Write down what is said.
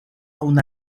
una